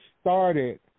started